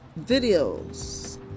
videos